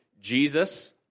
Jesus